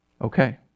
Okay